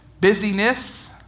Busyness